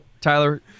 Tyler